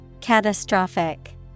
Catastrophic